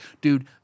dude